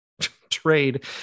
trade